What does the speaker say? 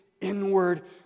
inward